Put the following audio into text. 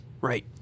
Right